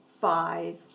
five